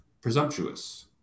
presumptuous